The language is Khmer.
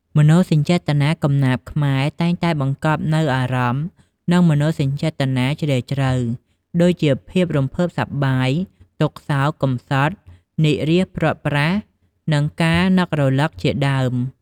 មនោសញ្ចេតនា កំណាព្យខ្មែរតែងតែបង្កប់នូវអារម្មណ៍ និងមនោសញ្ចេតនាជ្រាលជ្រៅ ដូចជា ភាពរំភើបសប្បាយ ទុក្ខសោក កម្សត់ និរាសព្រាត់ប្រាស ឬការនឹករលឹកជាដើម។